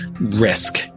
risk